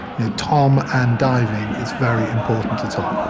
tom and diving is very important to tom.